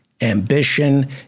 ambition